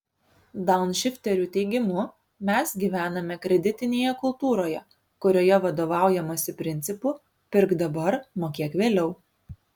daunšifterių teigimu mes gyvename kreditinėje kultūroje kurioje vadovaujamasi principu pirk dabar mokėk vėliau